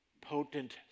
potent